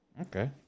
Okay